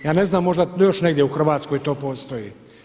Ja ne znam možda još negdje u Hrvatskoj to postoji.